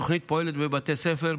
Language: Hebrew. התוכנית פועלת בבתי ספר,